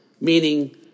meaning